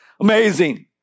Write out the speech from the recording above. Amazing